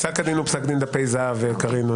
פסק הדין הוא פסק דין דפי זהב, קארין.